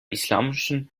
islamischen